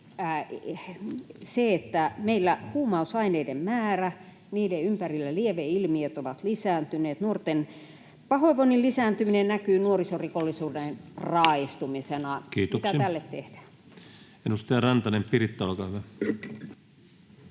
se, että meillä huumausaineiden määrä ja niiden ympärillä lieveilmiöt ovat lisääntyneet. Nuorten pahoinvoinnin lisääntyminen näkyy nuorisorikollisuuden raaistumisena. [Puhemies: Kiitoksia!] Mitä tälle tehdään? [Speech 26] Speaker: Ensimmäinen